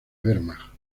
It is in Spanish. wehrmacht